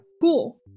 Cool